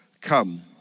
come